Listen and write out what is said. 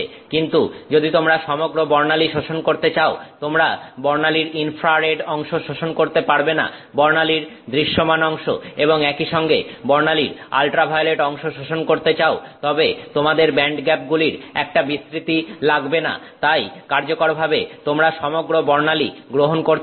কিন্তু যদি তোমরা সমগ্র বর্ণালী শোষণ করতে চাও তোমরা বর্ণালীর ইনফ্রারেড অংশ শোষণ করতে পারবে না বর্ণালীর দৃশ্যমান অংশ এবং একইসঙ্গে বর্ণালীর আল্ট্রাভায়োলেট অংশ শোষণ করতে চাও তবে তোমাদের ব্যান্ডগ্যাপগুলির একটা বিস্তৃতি লাগবেনা তাই কার্যকরভাবে তোমরা সমগ্র বর্ণালী গ্রহণ করতে পারবে